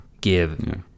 give